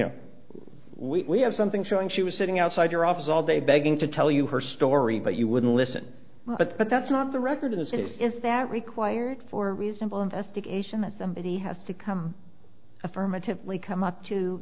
know we have something showing she was sitting outside your office all day begging to tell you her story but you wouldn't listen but that's not the record as it is is that required for reasonable investigation that somebody has to come affirmatively come up to